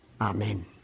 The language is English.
Amen